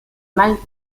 mal